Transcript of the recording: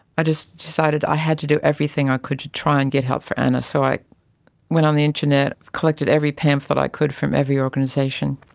i just decided i had to everything i could to try and get help for anna. so i went on the internet, collected every pamphlet i could from every organisation,